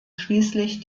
schließlich